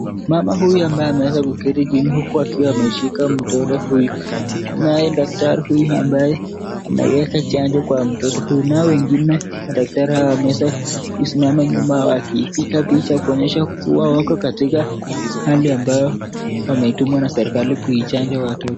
Mama huyu ambayameeza kuketi chini huku akiwa ameshika mtoto huyu, naye daktari huyu ambaye anaieka chanjo kwa mtoto huyu, naye wengine madaktari hawa wameweza kusimama nyuma wakipiga picha kuonyesha kuwa wako katika hali ambayo wametumwa na serikali kuchanja watoto.